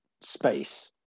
space